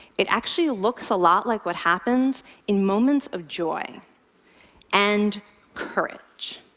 it actually looks a lot like what happens in moments of joy and courage.